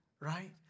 Right